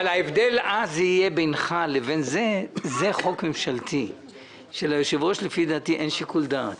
אבל אז ההבדל יהיה שזה חוק ממשלתי שבו אין ליושב-ראש שיקול דעת,